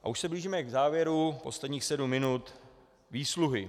A už se blížíme k závěru, posledních sedm minut, výsluhy.